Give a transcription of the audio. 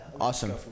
Awesome